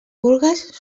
vulgues